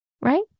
right